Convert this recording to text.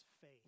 faith